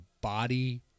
body